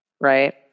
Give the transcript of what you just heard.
right